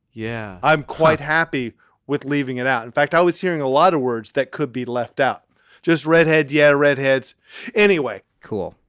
yeah, i'm quite happy with leaving it out. in fact, i was hearing a lot of words that could be left out just redhead's. yeah. redhead's anyway. cool.